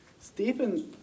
Stephen